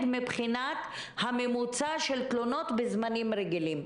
מבחינת הממוצע של תלונות בזמנים רגילים?